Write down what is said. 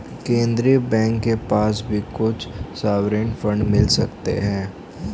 केन्द्रीय बैंक के पास भी कुछ सॉवरेन फंड मिल सकते हैं